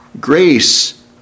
grace